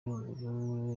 ruguru